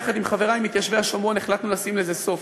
יחד עם חברי מתיישבי השומרון החלטנו לשים לזה סוף.